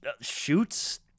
shoots